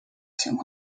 情况